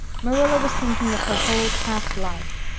marilla was thinking of her whole past life,